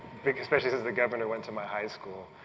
especially since the governor went to my high school.